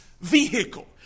vehicle